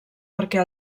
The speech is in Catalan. perquè